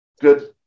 good